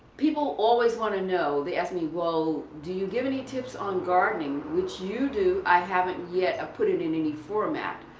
people always want to know, they ask me well do you give any tips on gardening which you do. i haven't yet put it in any format,